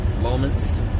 moments